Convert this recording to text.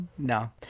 No